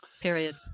Period